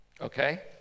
Okay